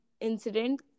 incident